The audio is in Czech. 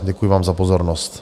Děkuji vám za pozornost.